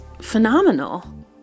phenomenal